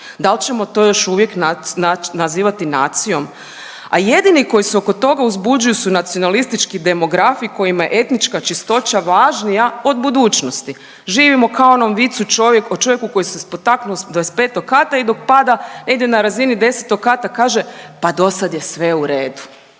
Da li ćemo to još uvijek nazivati nacijom, a jedini koji se oko toga uzbuđuju su nacionalistički demografi kojima je etnička čistoća važnija od budućnosti, živimo kao u onom vicu o čovjeku koji se spotaknuo s 25. kata i dok pada, negdje na razini 10. kata kaže, pa dosad je sve u redu.